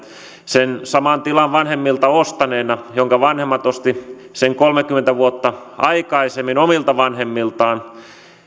sen saman tilan ostaneena jonka vanhemmat ostivat kolmekymmentä vuotta aikaisemmin omilta vanhemmiltaan